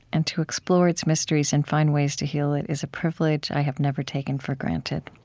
and to explore its mysteries and find ways to heal it is a privilege i have never taken for granted.